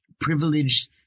privileged